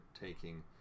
taking